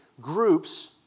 groups